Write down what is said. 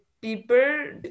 people